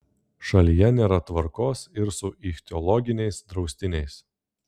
šalyje nėra tvarkos ir su ichtiologiniais draustiniais